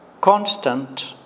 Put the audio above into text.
constant